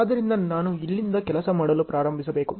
ಆದ್ದರಿಂದ ನಾನು ಇಲ್ಲಿಂದ ಕೆಲಸ ಮಾಡಲು ಪ್ರಾರಂಭಿಸಬೇಕು